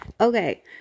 Okay